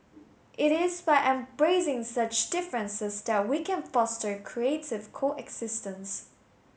it is by embracing such differences that we can foster creative coexistence